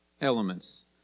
elements